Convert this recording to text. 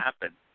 happen